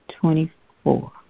twenty-four